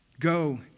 Go